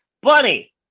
Bunny